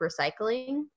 recycling